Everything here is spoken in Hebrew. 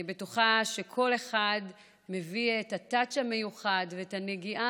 אני בטוחה שכל אחד מביא את הטאץ' המיוחד ואת הנגיעה